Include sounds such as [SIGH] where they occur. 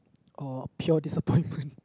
or pure disappointment [BREATH]